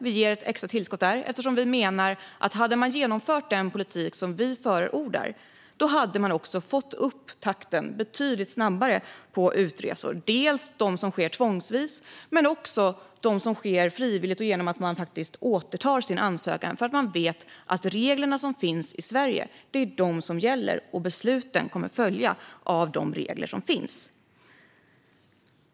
Vi ger ett extra tillskott där eftersom vi menar att hade man genomfört den politik som vi förordar hade man också fått upp takten på utresorna betydligt snabbare, både de som sker tvångsvis och de som sker frivilligt genom att människor återtar sin ansökan för att de vet att de regler som finns i Sverige är de som gäller och att besluten kommer att följa av de regler som finns.